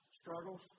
struggles